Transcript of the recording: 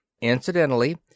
Incidentally